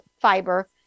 fiber